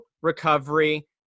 recovery